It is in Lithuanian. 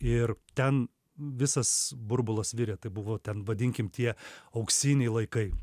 ir ten visas burbulas virė tai buvo ten vadinkim tie auksiniai laikai